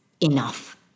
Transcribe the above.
enough